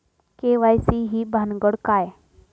KYC ही भानगड काय?